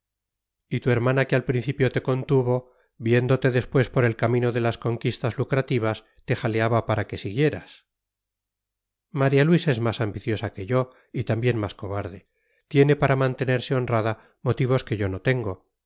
y tu hermana que al principio te contuvo viéndote después por el camino de las conquistas lucrativas te jaleaba para que siguieras maría luisa es más ambiciosa que yo y también más cobarde tiene para mantenerse honrada motivos que yo no tengo